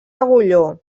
agulló